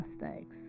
mistakes